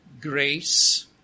grace